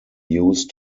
use